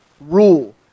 rule